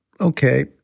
Okay